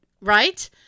Right